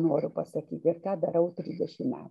noriu pasakyti ir ką darau trisdešim metų